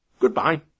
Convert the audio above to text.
Goodbye